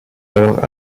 alors